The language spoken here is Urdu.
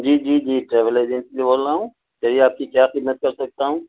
جی جی جی ٹریول ایجنسی سے بول رہا ہوں کہیے آپ کی کیا خدمت کر سکتا ہوں